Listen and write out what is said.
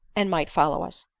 and might follow us.